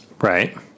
right